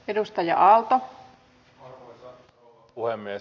arvoisa rouva puhemies